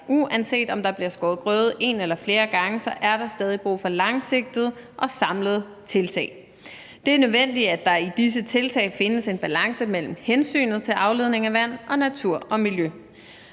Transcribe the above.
uanset om der bliver skåret grøde en eller flere gange, er der stadig brug for langsigtede og samlede tiltag. Det er nødvendigt, at der i disse tiltag findes en balance mellem hensynet til afledning af vand og til natur og miljø.